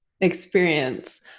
experience